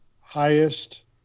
highest